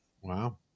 Wow